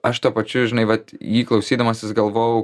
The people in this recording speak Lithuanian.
aš tuo pačiu žinai vat jį klausydamasis galvojau